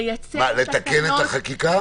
לתקן את החקיקה?